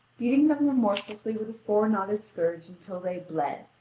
beating remorselessly with a four-knotted scourge until they bled,